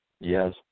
Yes